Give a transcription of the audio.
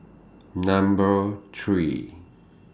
Number three